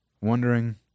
Wondering